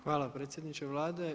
Hvala predsjedniče Vlade.